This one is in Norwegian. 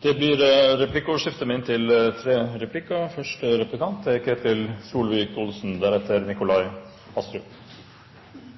Det blir replikkordskifte. Statsråden gir inntrykk av at opposisjonen ikke har alternativ politikk til regjeringens. I energi- og miljøkomiteen er